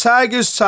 Tigers